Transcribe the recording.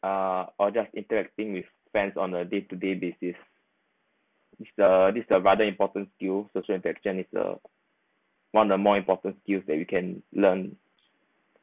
uh or just interacting with fans on a day to day basis this the this the rather important skills social and technical one or more important skills that you can learn